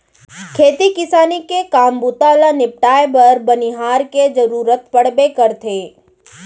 खेती किसानी के काम बूता ल निपटाए बर बनिहार के जरूरत पड़बे करथे